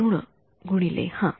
ऋण गुणिले हा